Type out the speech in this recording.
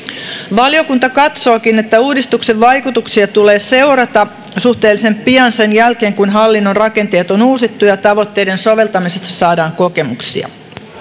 valiokunta katsookin että uudistuksen vaikutuksia tulee seurata suhteellisen pian sen jälkeen kun hallinnon rakenteet on uusittu ja tavoitteiden soveltamisesta saadaan kokemuksia